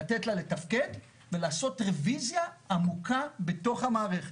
לתת לה לתפקד ולעשות רביזיה עמוקה בתוך המערכת.